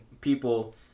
people